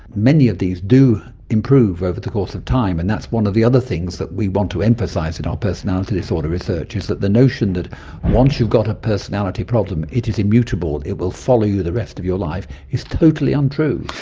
many of these do improve over the course of time. and that's one of the other things that we want to emphasise in our personality disorder research, is that the notion that once you've got a personality problem it is immutable, it will follow you the rest of your life, is totally untrue.